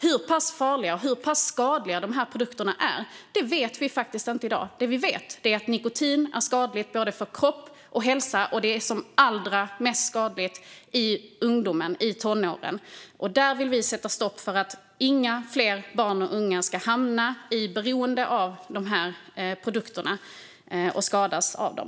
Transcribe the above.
Hur pass farliga och skadliga de här produkterna är vet vi inte i dag. Det vi vet är att nikotin är skadligt både för kropp och hälsa. Det är som allra mest skadligt i ungdomen och tonåren. Där vill vi sätta stopp så att inte fler barn och unga ska hamna i beroende av dessa produkter och skadas av dem.